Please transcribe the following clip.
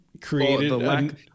created